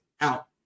out